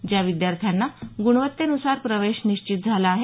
ज्या विद्यार्थ्यांना गुणवत्तेनुसार प्रवेश निश्चित झाला आहे